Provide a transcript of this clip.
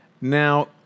Now